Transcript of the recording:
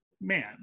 man